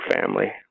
family